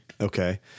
Okay